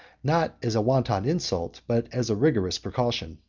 not as a wanton insult, but as a rigorous precaution.